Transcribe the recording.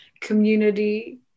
community